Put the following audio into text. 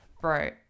Bro